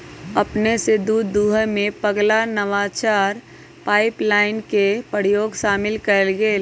अपने स दूध दूहेमें पगला नवाचार पाइपलाइन के प्रयोग शामिल कएल गेल